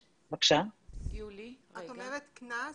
את אומרת קנס,